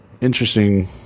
interesting